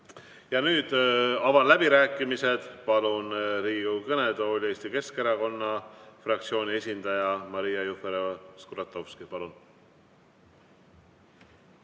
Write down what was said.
Nüüd avan läbirääkimised ja palun Riigikogu kõnetooli Eesti Keskerakonna fraktsiooni esindaja Maria Jufereva-Skuratovski. Palun!